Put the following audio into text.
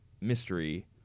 mystery